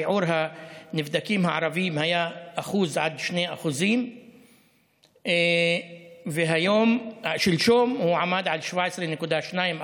שיעור הנבדקים הערבים היה 1% עד 2%. שלשום הוא עמד על 17.2%,